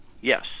Yes